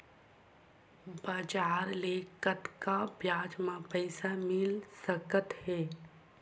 बजार ले कतका ब्याज म पईसा मिल सकत हे?